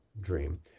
dream